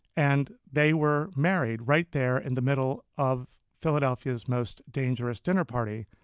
and they were married right there in the middle of philadelphia's most dangerous dinner party.